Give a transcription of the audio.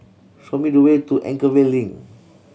show me the way to Anchorvale Link